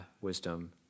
wisdom